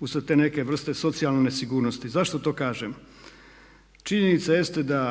To su te neke vrste socijalne nesigurnosti. Zašto to kažem? Činjenica jeste da